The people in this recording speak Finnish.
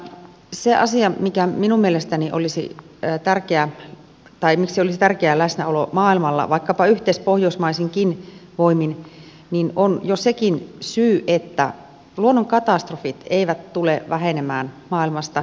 siihen asiaan miksi minun mielestäni olisi tärkeää läsnäolo maailmalla vaikkapa yhteispohjoismaisinkin voimin on jo sekin syy että luonnonkatastrofit eivät tule vähenemään maailmasta